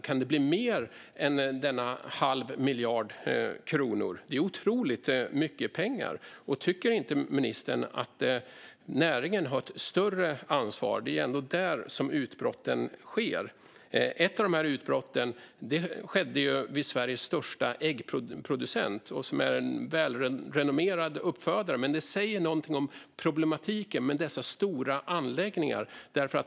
Kan det bli mer än denna halva miljard kronor? Det är otroligt mycket pengar. Tycker inte ministern att näringen har ett större ansvar? Det är ändå där utbrotten sker. Ett av de här utbrotten skedde hos Sveriges största äggproducent, som är en välrenommerad uppfödare. Men det säger någonting om problematiken med dessa stora anläggningar.